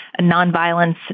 nonviolence